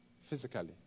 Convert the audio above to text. physically